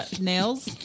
nails